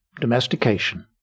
domestication